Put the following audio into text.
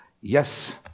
Yes